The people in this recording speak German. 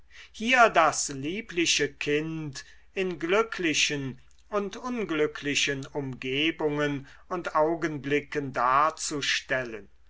hier das liebliche kind in glücklichen und unglücklichen umgebungen und augenblicken darzustellen